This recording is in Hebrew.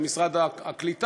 אלא משרד הקליטה,